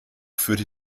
führte